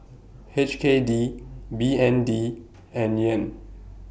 H K D B N D and Yen